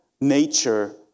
nature